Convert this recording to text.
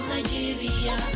Nigeria